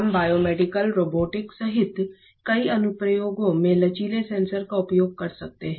हम biomedical robotics सहित कई अनुप्रयोगों में लचीले सेंसर का उपयोग कर सकते हैं